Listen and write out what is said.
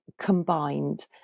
combined